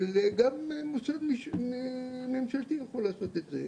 אבל גם מוסד ממשלתי יכול לעשות את זה,